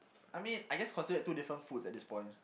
I mean I guess considered two different foods at this point